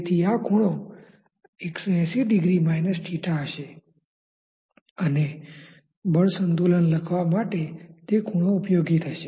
તેથી આ ખૂણો 1800 𝛳 હશે અને બળ સંતુલન લખવા માટે તે ખુણો ઉપયોગી થશે